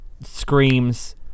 screams